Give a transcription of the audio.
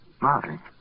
Mother